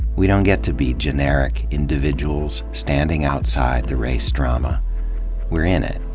we don't get to be generic individuals, standing outside the race drama we're in it.